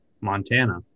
Montana